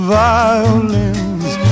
violins